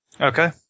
Okay